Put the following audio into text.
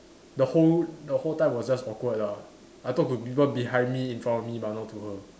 the whole the whole time was just awkward lah I talk to people behind me in front of me but not to her